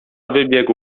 wybiegł